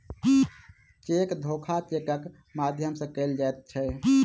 cheque धोखा चेकक माध्यम सॅ कयल जाइत छै